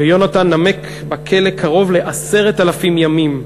ויונתן נמק בכלא קרוב ל-10,000 ימים.